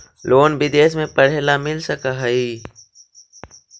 Loan विदेश में पढ़ेला मिल सक हइ?